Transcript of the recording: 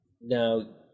Now